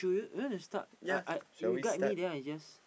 do you you wanna start I I you guide me then I just